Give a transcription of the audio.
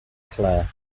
claire